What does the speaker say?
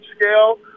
scale